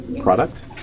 product